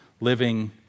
living